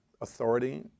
authority